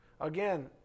Again